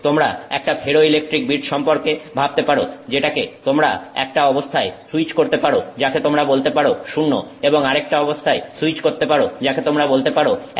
তোমরা একটা ferroelectric bit সম্পর্কে ভাবতে পারো যেটাকে তোমরা একটা অবস্থায় সুইচ করতে পারো যাকে তোমরা বলতে পারো 0 এবং আরেকটা অবস্থায় সুইচ করতে পারো যাকে তোমরা বলতে পারো 1